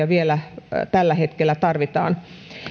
vielä tällä hetkellä tarvitaan